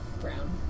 brown